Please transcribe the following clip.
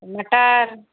मटर